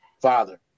Father